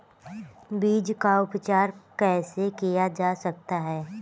बीज का उपचार कैसे किया जा सकता है?